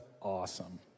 awesome